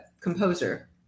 composer